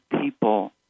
people